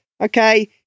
okay